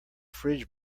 fridge